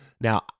Now